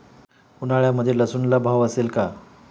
उन्हाळ्यामध्ये लसूणला भाव असेल का?